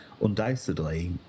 undoubtedly